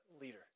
leader